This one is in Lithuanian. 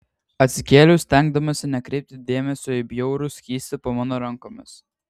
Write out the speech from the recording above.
atsikėliau stengdamasi nekreipti dėmesio į bjaurų skystį po mano rankomis